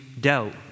doubt